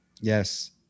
Yes